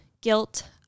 guilt